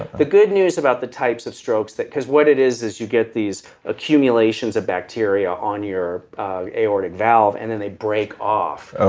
the good news about the types of strokes because what it is, is you get these accumulations of bacteria on your aortic valve and then they break off. ah